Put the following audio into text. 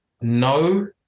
No